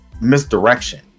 misdirection